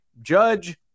Judge